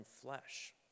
flesh